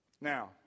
Now